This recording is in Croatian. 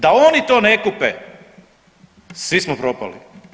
Da oni to ne kupe svi smo propali.